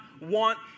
want